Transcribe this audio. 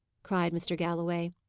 cried mr. galloway.